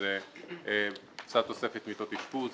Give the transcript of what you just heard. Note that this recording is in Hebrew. שזה קצת תוספת מיטות אשפוז,